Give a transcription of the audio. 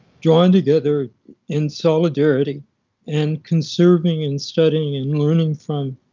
drawn together in solidarity and conserving and studying and learning from